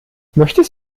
möchtest